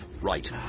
Right